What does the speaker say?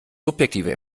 subjektive